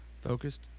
Focused